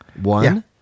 One